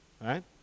Right